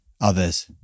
others